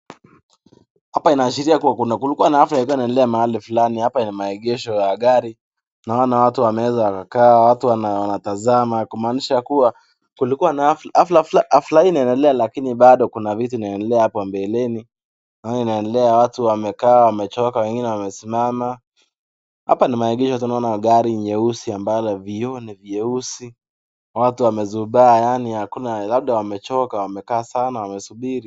Hapa inaashiria kuwa kuna kulikuwa na hafla ilikuwa inaendelea maeneo fulani hapa ni maegesho ya gari naona watu wameweza wakakaa watu wanatazama kumaanisha kuwa kulikuwa na hafla, hafla hii inaendelea lakini bado kuna vitu inaendelea hapo mbeleni naona inaendelea watu wamekaa wamechoka wengine wamesimama hapa ni maegesho tunaona gari nyeusi ambalo vioo ni vyeusi watu wamezubaa yaani hakuna labda wamechoka wamekaa sana wamesubiri.